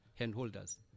handholders